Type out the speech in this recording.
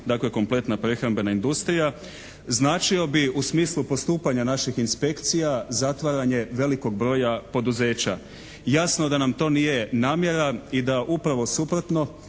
dakle kompletna prehrambena industrija, značio bi u smislu postupanja naših inspekcija zatvaranje velikog broja poduzeća. Jasno da nam to nije namjera i da upravo suprotno